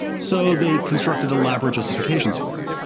so they constructed elaborate justifications for it.